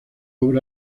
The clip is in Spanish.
obra